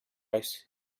ice